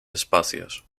espacios